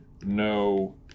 no